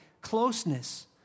closeness